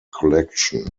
collection